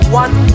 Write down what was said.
one